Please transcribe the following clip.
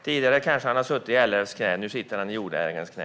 Tidigare kanske han har suttit i LRF:s knä, men nu sitter han i Jordägareförbundets knä.